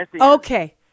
Okay